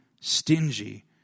stingy